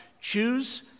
choose